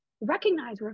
recognize